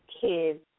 kids